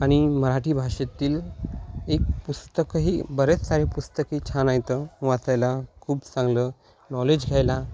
आणि मराठी भाषेतील एक पुस्तकंही बऱ्याच सारे पुस्तके छान आहेत वाचायला खूप चांगलं नॉलेज घ्यायला